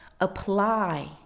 apply